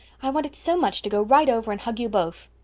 i wanted so much to go right over and hug you both.